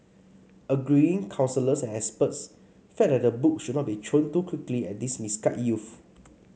agreeing counsellors and experts felt that the book should not be thrown too quickly at these misguided youths